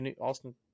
Austin